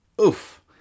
Oof